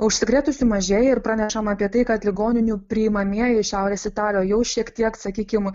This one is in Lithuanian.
užsikrėtusių mažėja ir pranešama apie tai kad ligoninių priimamieji šiaurės italijoje jau šiek tiek sakykim